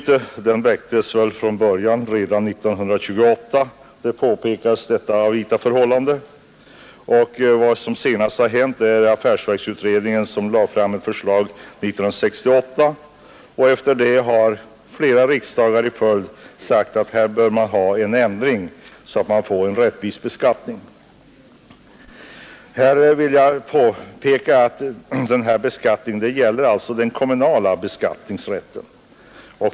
Redan 1928 påpekades detta avvita förhållande. Vad som senast har hänt är att affärsverksutredningen lade fram ett förslag 1968. Därefter har flera riksdagar i följd sagt att det bör ske en sådan ändring att beskattningen blir rättvis. Jag vill påpeka att vad det gäller är den kommunala beskattningen.